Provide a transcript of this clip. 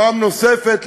פעם נוספת,